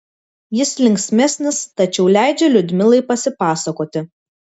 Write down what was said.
jis linksmesnis tačiau leidžia liudmilai pasipasakoti